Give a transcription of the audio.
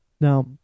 now